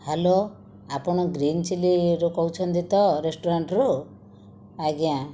hello ଆପଣ green ଚିଲିରୁ କହୁଛନ୍ତି ତ ରେଷ୍ଟୁରାଣ୍ଟରୁ ଆଜ୍ଞା